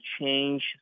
change